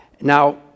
Now